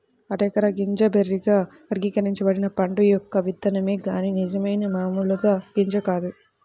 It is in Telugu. అరెక గింజ బెర్రీగా వర్గీకరించబడిన పండు యొక్క విత్తనమే కాని నిజమైన మామూలు గింజ కాదు